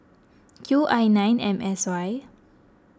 Q I nine M S Y